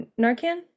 narcan